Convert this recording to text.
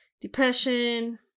depression